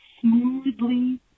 smoothly